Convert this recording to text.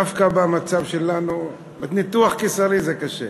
דווקא במצב שלנו, ניתוח קיסרי זה קשה.